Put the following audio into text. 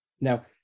Now